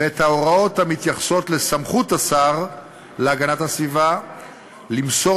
ואת ההוראות המתייחסות לסמכות השר להגנת הסביבה למסור